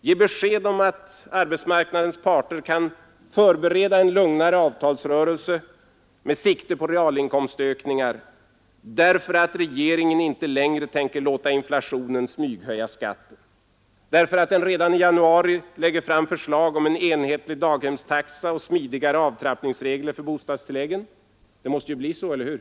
Ge besked om att arbetsmarknadens parter kan förbereda en lugnare avtalsrörelse med sikte på realinkomstökningar, därför att regeringen inte längre tänker låta inflationen smyghöja skatten, därför att regeringen redan i januari lägger fram förslag om en enhetlig daghemstaxa och smidigare avtrappningsregler för bostadstilläggen — det måste ju bli så, eller hur?